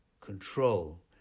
control